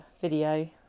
video